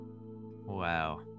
Wow